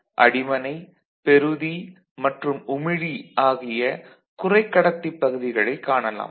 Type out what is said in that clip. Bipolar Junction Transistor அடிமனை பெறுதி மற்றும் உமிழி ஆகிய குறைக்கடத்திப் பகுதிகளைக் காணலாம்